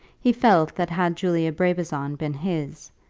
he felt that had julia brabazon been his,